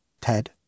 Ted